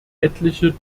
etliche